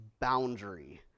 boundary